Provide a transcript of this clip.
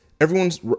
everyone's